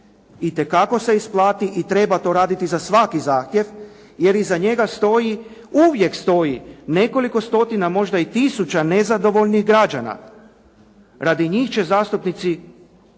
Itekako se isplati i treba to raditi za svaki zahtjev, jer iza njega stoji, uvijek stoji nekoliko stotina možda i tisuća nezadovoljnih građana. Radi njih će zastupnici, barem